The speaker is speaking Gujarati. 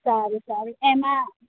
સારું સારું એમાં